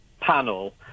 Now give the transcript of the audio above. panel